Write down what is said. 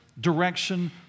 direction